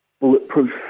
bulletproof